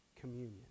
communion